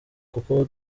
kuko